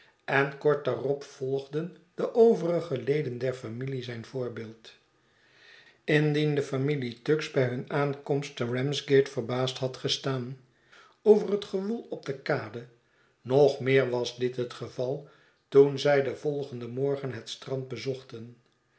en kort daarop volgden de overige leden der familie zijn voorbeeld indien de familie tuggs bij hunne aankomst te ramsgate verbaasd had gestaan over het gewoel op de kade nog meer was dit het geval toen zij den volgenden morgen het strand bezochten